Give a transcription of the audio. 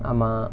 ஆமா:aamaa